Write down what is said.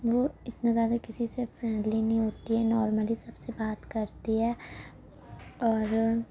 وہ اتنا زیادہ کسی سے فرینڈلی نہیں ہوتی ہے نارملی سب سے بات کرتی ہے اور